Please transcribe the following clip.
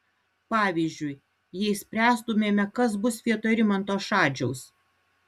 pavyzdžiui jei spręstumėme kas bus vietoj rimanto šadžiaus